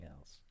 else